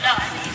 מוצע